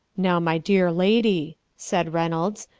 now, my dear lady, said reynolds,